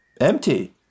Empty